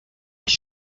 les